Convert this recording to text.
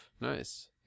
Nice